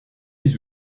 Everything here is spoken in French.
des